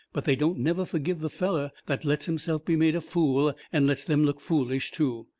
but they don't never forgive the fellow that lets himself be made a fool and lets them look foolish, too.